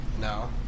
No